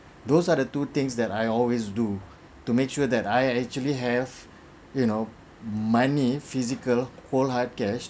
those are the two things that I always do to make sure that I actually have you know money physical cold hard cash